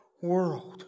world